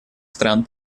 стран